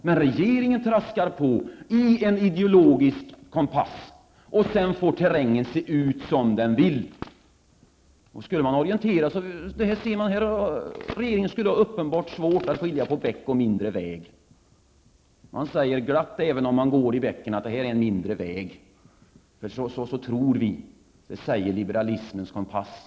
Men regeringen traskar på med en ideologisk kompass, och sedan får terrängen se ut hur som helst. Om regeringen skulle orientera, skulle den ha uppenbart svårt att skilja på bäck och mindre väg. Även om man går i bäcken säger man glatt att det är en mindre väg -- det visar liberalismens kompass.